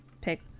pick